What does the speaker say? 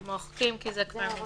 אנחנו מוחקים כי זה כבר מופיע.